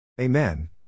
Amen